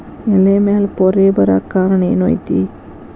ಎಲೆ ಮ್ಯಾಲ್ ಪೊರೆ ಬರಾಕ್ ಕಾರಣ ಏನು ಐತಿ?